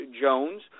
Jones